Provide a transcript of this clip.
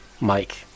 Mike